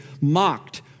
mocked